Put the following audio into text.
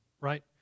right